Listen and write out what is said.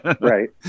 Right